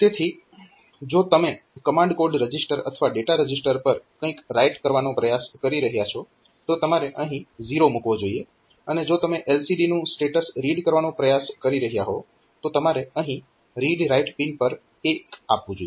તેથી જો તમે કમાન્ડ કોડ રજીસ્ટર અથવા ડેટા રજીસ્ટર પર કંઈક રાઈટ કરવાનો પ્રયાસ કરી રહ્યાં છો તો તમારે અહીં 0 મૂકવો જોઈએ અને જો તમે LCD નું સ્ટેટસ રીડ કરવાનો પ્રયાસ કરી રહ્યાં હો તો તમારે અહીં રીડ રાઈટ પિન પર 1 આપવું જોઈએ